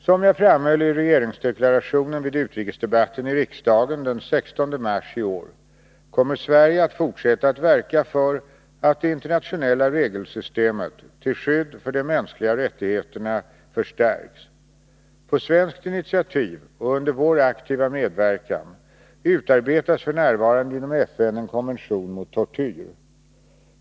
Som jag framhöll i regeringsdeklarationen vid utrikesdebatten i riksdagen den 16 mars i år, kommer Sverige att fortsätta att verka för att det internationella regelsystemet till skydd för de mänskliga rättigheterna förstärks. På svenskt initiativ och under vår aktiva medverkan utarbetas f. n. inom FN en konvention mot tortyr.